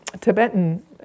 Tibetan